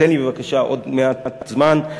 תן לי בבקשה עוד מעט זמן.